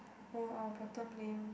oh our bottom lane